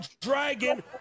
Dragon